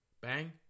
Bang